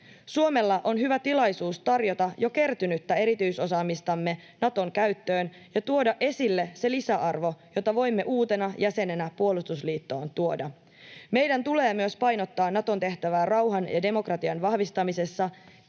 Suomella on hyvä tilaisuus tarjota jo kertynyttä erityisosaamistamme Naton käyttöön ja tuoda esille se lisäarvo, jota voimme uutena jäsenenä puolustusliittoon tuoda. Meidän tulee myös painottaa Naton tehtävää rauhan ja demokratian vahvistamisessa.